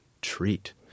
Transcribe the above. treat